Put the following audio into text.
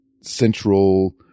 central